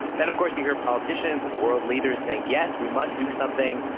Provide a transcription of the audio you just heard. then, of course, you hear politicians and world leaders saying, yes, we must do something.